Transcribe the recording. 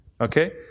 Okay